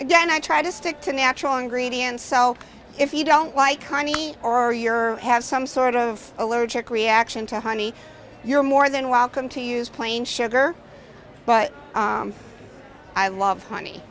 again i try to stick to natural ingredients so if you don't like honey or your have some sort of allergic reaction to honey you're more than welcome to use plain sugar but i love